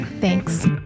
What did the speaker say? Thanks